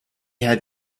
had